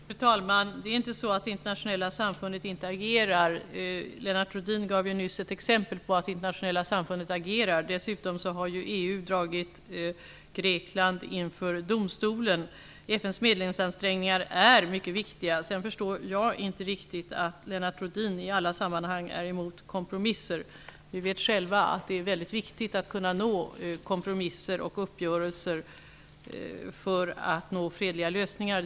Fru talman! Det är inte så att det det internationella samfundet inte agerar. Lennart Rohdin gav nyss ett exempel på att det internationella samfundet verkligen gör det. Dessutom har EU dragit Grekland inför EU-domstolen. FN:s medlingsansträngningar är mycket viktiga. Sedan förstår jag inte riktigt att Lennart Rohdin i alla sammanhang är mot kompromisser. Vi vet själva att det är mycket viktigt att kunna nå kompromisser och uppgörelser för att nå fredliga lösningar.